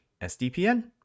SDPN